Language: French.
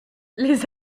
les